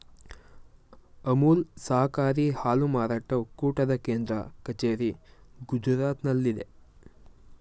ಅಮುಲ್ ಸಹಕಾರಿ ಹಾಲು ಮಾರಾಟ ಒಕ್ಕೂಟದ ಕೇಂದ್ರ ಕಚೇರಿ ಗುಜರಾತ್ನಲ್ಲಿದೆ